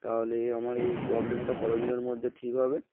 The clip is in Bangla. তাহলে আমার এই প্রবলেমটা কত দিনের মধ্যে ঠিক হবে